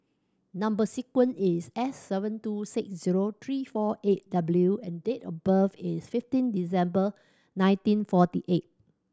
number sequence is S seven two six zero three four eight W and date of birth is fifteen December nineteen forty eight